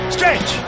Stretch